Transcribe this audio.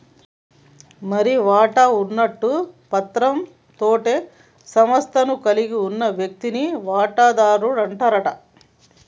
మరి వాటా ఉన్నట్టు పత్రం తోటే సంస్థను కలిగి ఉన్న వ్యక్తిని వాటాదారుడు అంటారట